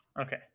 Okay